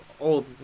old